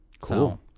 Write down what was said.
cool